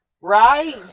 Right